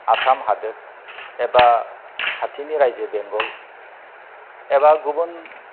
आसाम हादोर एबा खाथिनि रायजो बेंगल एबा गुबुन